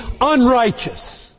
unrighteous